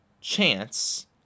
chance